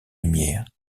lumière